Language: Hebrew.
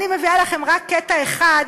אני מביאה לכם רק קטע אחד,